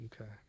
Okay